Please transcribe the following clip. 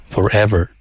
Forever